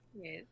Yes